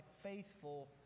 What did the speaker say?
faithful